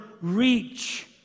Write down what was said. reach